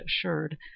assured